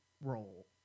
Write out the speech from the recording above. role